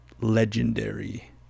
legendary